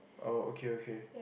oh okay okay